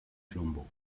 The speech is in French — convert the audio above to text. flambeaux